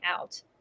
out